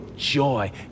joy